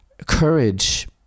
Courage